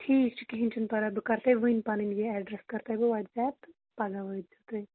ٹھیٖک چھُ کِہیٖنۍ چھُنہٕ پَرواے بہٕ کَرٕ تۄہہِ وٕنۍ پَنٕنۍ یہِ ایڈرَس کَر تۄہہِ بہٕ وَٹسایپ تہٕ پَگہہ وٲتۍ زیو تُہۍ